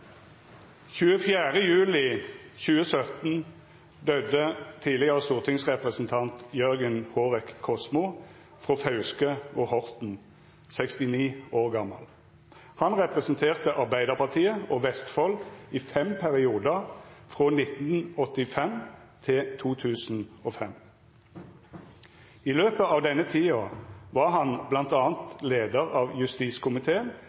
24. juli 2017 døde tidligere stortingsrepresentant og stortingspresident Jørgen Hårek Kosmo fra Fauske og Horten, 69 år gammel. Han representerte Arbeiderpartiet og Vestfold i fem perioder, fra 1985 til 2005. I løpet av denne tiden var han bl.a. leder av justiskomiteen